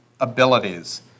abilities